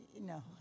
No